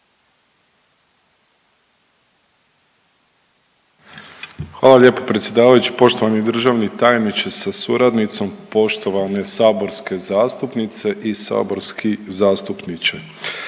Hvala lijepo predsjedavajući. Uvažena državna tajnice sa suradnicom, poštovane kolegice i kolege zastupnice